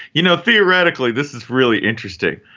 you know, theoretically, this is really interesting,